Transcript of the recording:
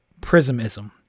Prismism